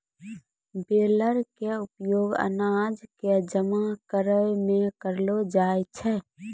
baler के उपयोग अनाज कॅ जमा करै मॅ करलो जाय छै